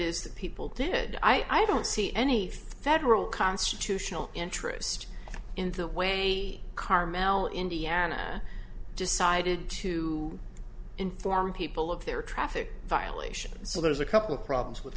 is that people did i don't see any federal constitutional interest in the way carmel indiana decided to inform people of their traffic violation so there's a couple problems with